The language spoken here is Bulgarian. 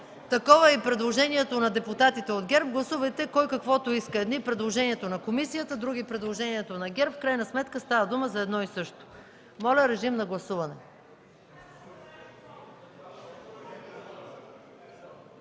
такова е и предложението на депутатите от ГЕРБ, гласувайте кой каквото иска: едни – предложението на комисията, други – предложението на ГЕРБ, в крайна сметка става дума за едно и също. Моля, режим на гласуване.